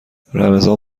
رمضان